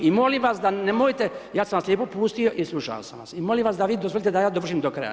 I molim vas, da nemojte, ja sam vas lijepo pustio i slušao sam vas i molim vas da vi dozvolite da ja dovršim do kraja.